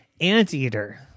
anteater